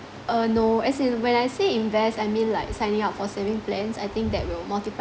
uh no as in when I say invest I mean like signing up for saving plans I think that will multiply